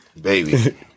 Baby